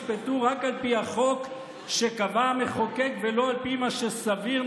ישפטו רק על פי החוק שקבע המחוקק ולא על פי מה שסביר,